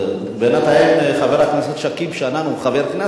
בינתיים חבר הכנסת שכיב שנאן הוא חבר כנסת,